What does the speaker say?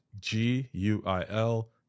G-U-I-L